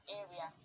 area